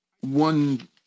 one